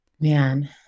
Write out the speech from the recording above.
man